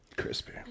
Crispy